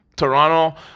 toronto